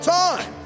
time